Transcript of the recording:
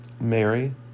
Mary